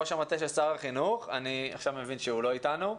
ראש המטה של שר החינוך אני מבין עכשיו שהוא לא איתנו.